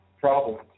problems